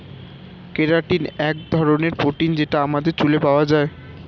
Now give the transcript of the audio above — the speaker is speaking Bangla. কেরাটিন এক ধরনের প্রোটিন যেটা আমাদের চুলে পাওয়া যায়